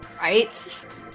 Right